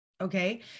okay